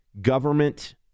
government